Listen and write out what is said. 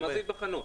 מה זה "ייבחנו"?